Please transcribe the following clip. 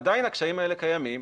עדיין הקשיים האלה קיימים,